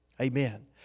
Amen